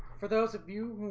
for those of you